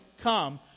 come